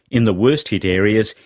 in the worst hit areas,